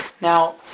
Now